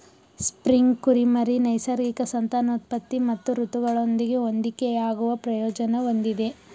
spring ಕುರಿಮರಿ ನೈಸರ್ಗಿಕ ಸಂತಾನೋತ್ಪತ್ತಿ ಮತ್ತು ಋತುಗಳೊಂದಿಗೆ ಹೊಂದಿಕೆಯಾಗುವ ಪ್ರಯೋಜನ ಹೊಂದಿದೆ